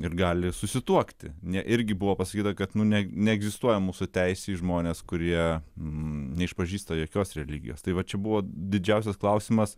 ir gali susituokti ne irgi buvo pasakyta kad nu ne neegzistuoja mūsų teisė į žmones kurie neišpažįsta jokios religijos tai va čia buvo didžiausias klausimas